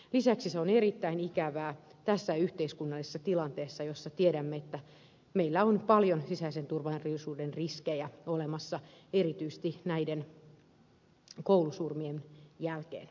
lisäksi se on erittäin ikävää tässä yhteiskunnallisessa tilanteessa jossa tiedämme että meillä on paljon sisäisen turvallisuuden riskejä olemassa erityisesti näiden koulusurmien jälkeen